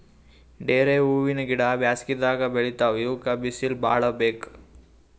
ಡೇರೆ ಹೂವಿನ ಗಿಡ ಬ್ಯಾಸಗಿದಾಗ್ ಬೆಳಿತಾವ್ ಇವಕ್ಕ್ ಬಿಸಿಲ್ ಭಾಳ್ ಬೇಕ್